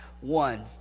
one